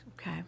Okay